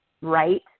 right